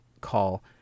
call